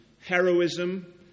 heroism